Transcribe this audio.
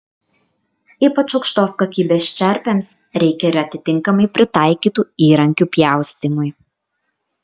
ypač aukštos kokybės čerpėms reikia ir atitinkamai pritaikytų įrankių pjaustymui